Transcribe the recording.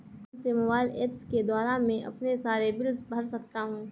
कौनसे mobile apps के द्वारा मैं अपने सारे बिल भर सकता हूं?